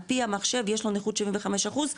על פי המחשב יש לו נכות 75 אחוז,